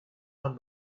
and